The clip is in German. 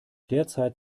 derzeit